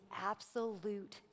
absolute